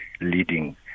leading